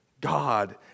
God